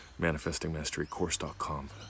ManifestingMasteryCourse.com